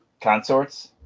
consorts